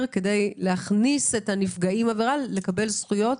כדי להכניס את נפגעי העבירה לקבל זכויות.